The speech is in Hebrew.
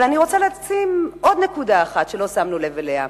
אבל אני רוצה להציג עוד נקודה אחת שלא שמנו לב אליה: